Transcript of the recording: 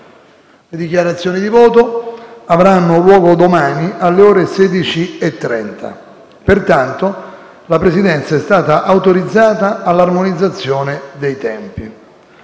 Le dichiarazioni di voto avranno luogo domani, alle ore 16,30. Pertanto, la Presidenza è stata autorizzata all'armonizzazione dei tempi.